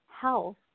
health